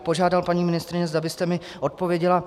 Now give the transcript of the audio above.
Požádal bych, paní ministryně, zda byste mi odpověděla.